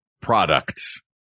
products